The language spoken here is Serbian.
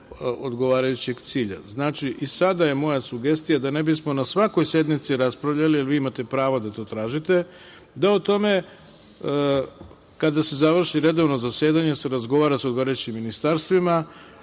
odgovarajućeg cilja. Znači i sada je moja sugestija da ne bismo na svakoj sednici raspravljali jer vi imate pravo da to tražite, da o tome kada se završi redovno zasedanje se razgovara sa odgovarajućim ministarstvima,